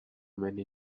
many